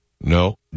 No